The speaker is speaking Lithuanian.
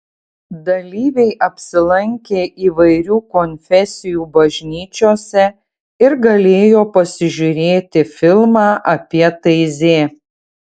dalyviai apsilankė įvairių konfesijų bažnyčiose ir galėjo pasižiūrėti filmą apie taizė